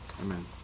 amen